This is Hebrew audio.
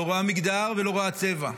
לא רואה מגדר ולא רואה צבע.